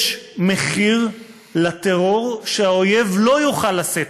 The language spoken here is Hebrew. יש מחיר לטרור שהאויב לא יוכל לשאת.